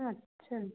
अच्छा